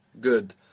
Good